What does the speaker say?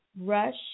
Rush